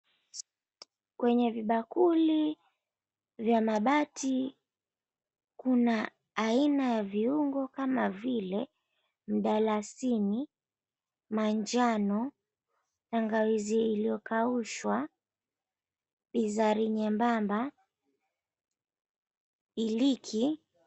Kwenye vibakuli vya mabati kuna aina ya viungo kama vile mdalasini, manjano, tangawizi iliokaushwa, bizari nyembamba, iliki.